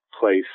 place